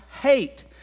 hate